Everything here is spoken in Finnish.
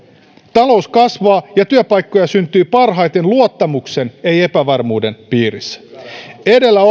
talous kasvaa ja työpaikkoja syntyy parhaiten luottamuksen ei epävarmuuden ilmapiirissä edellä